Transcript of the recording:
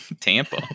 Tampa